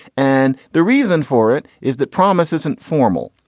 and the reason for it is that promise isn't formal.